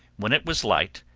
when it was light,